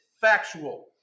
factual